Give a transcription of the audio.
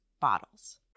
bottles